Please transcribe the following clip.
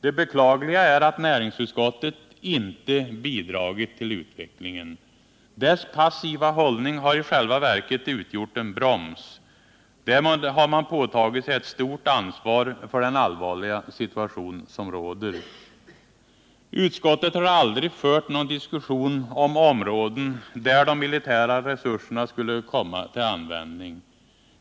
Det beklagliga är att näringsutskottet inte bidragit till utvecklingen. Dess passiva hållning har i själva verket utgjort en broms. Därmed har man påtagit sig ett stort ansvar för den allvarliga situation som nu råder. Utskottet har aldrig fört någon diskussion om områden där de militära resurserna skulle komma till användning.